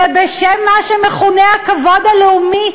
ובשם מה שמכונה הכבוד הלאומי,